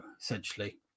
essentially